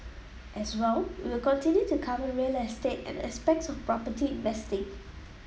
as well we'll continue to cover real estate and aspects of property investing